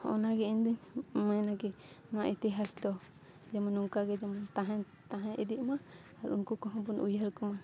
ᱚᱱᱟᱜᱮ ᱤᱧᱫᱩᱧ ᱢᱮᱱᱟ ᱠᱤ ᱱᱚᱣᱟ ᱤᱛᱤᱦᱟᱥ ᱫᱚ ᱡᱮᱢᱚᱱ ᱱᱚᱝᱠᱟᱜᱮ ᱡᱮᱢᱚᱱ ᱛᱟᱦᱮᱸ ᱤᱫᱤᱜᱼᱢᱟ ᱟᱨ ᱩᱱᱠᱩ ᱠᱚᱦᱚᱸᱵᱚᱱ ᱩᱭᱦᱟᱹᱨ ᱠᱚᱢᱟ